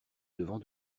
devant